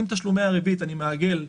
אם תשלומי הריבית, אני מעגל,